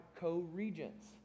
co-regents